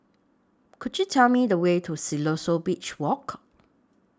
Could YOU Tell Me The Way to Siloso Beach Walk